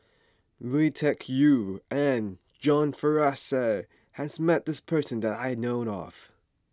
Lui Tuck Yew and John Fraser has met this person that I know of